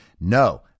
No